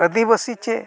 ᱟᱹᱫᱤᱵᱟᱹᱥᱤ ᱥᱮ